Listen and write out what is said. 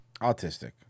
autistic